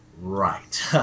Right